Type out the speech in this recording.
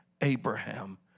Abraham